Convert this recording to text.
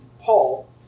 Paul